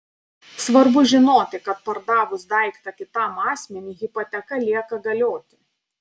svarbu žinoti kad pardavus daiktą kitam asmeniui hipoteka lieka galioti